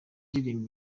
indirimbo